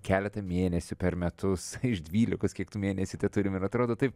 keletą mėnesių per metus iš dvylikos kiek tų mėnesių teturim ir atrodo taip